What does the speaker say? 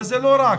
זה לא רק.